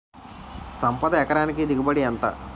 సంపద ఎకరానికి దిగుబడి ఎంత?